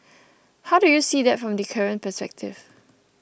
how do you see that from the current perspective